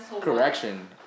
Correction